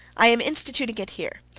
i am instituting it here,